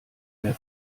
mehr